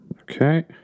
Okay